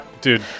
Dude